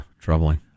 troubling